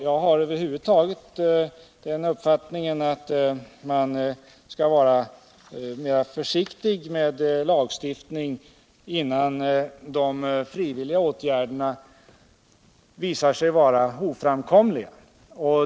Jag har över huvud taget den uppfattningen att man skall vara mera försiktig med lagstiftning innan frivilliga åtgärder visar sig vara en oframkomlig väg.